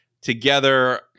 Together